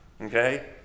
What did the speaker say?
Okay